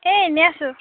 এই এনেই আছোঁ